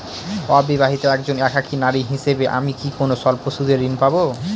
অবিবাহিতা একজন একাকী নারী হিসেবে আমি কি কোনো স্বল্প সুদের ঋণ পাব?